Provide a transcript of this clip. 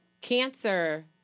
Cancer